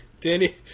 Danny